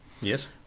Yes